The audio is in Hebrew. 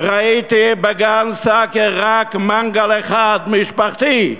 ראיתי בגן-סאקר רק מנגל אחד משפחתי.